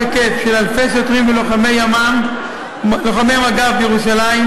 היקף של אלפי שוטרים ולוחמי מג"ב בירושלים,